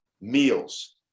meals